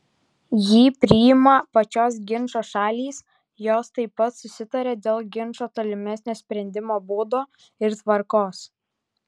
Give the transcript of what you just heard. jį priima pačios ginčo šalys jos taip pat susitaria dėl ginčo tolimesnio sprendimo būdo ir tvarkos